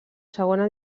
segona